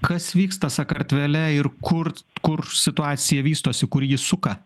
kas vyksta sakartvele ir kur kur situacija vystosi kur ji suka